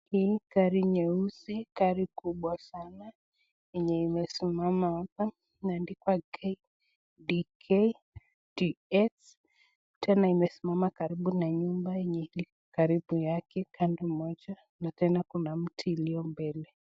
Hii ni gari nyeusi gari kubwa sana yenye imesimama hapa imeandikwa KDK TX. Tena imesimama karibu na nyumba yenye iko karibu yake kando moja na tena kuna mti ilio mbele.